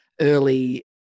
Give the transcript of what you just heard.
early